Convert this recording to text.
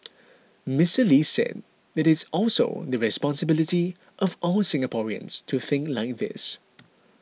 Mister Lee said that it is also the responsibility of all Singaporeans to think like this